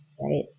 Right